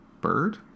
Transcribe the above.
bird